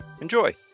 enjoy